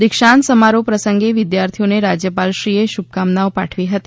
દીક્ષાંત સમારોહ પ્રસંગે વિદ્યાર્થીઓને રાજ્યપાલશ્રીએ શુભકામનાઓ પાઠવી હતી